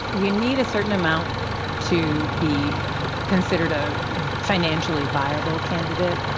you need a certain amount to be considered a financially viable candidate,